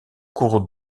cours